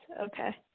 Okay